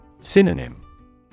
Synonym